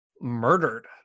murdered